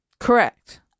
Correct